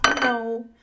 no